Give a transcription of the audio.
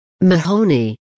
Mahoney